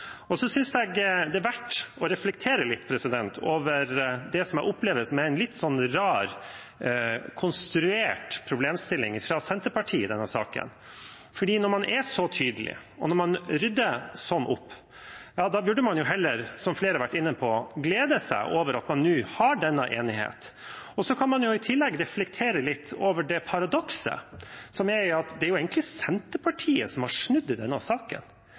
saken. Så synes jeg det er verdt å reflektere litt over det jeg opplever som en litt rar, konstruert problemstilling fra Senterpartiets side i denne saken. Når man er så tydelig, og når man rydder sånn opp, burde man heller, som flere har vært inne på, glede seg over at man nå har denne enigheten. Så kan man i tillegg reflektere litt over det paradokset som er, at det egentlig er Senterpartiet som har snudd i denne saken.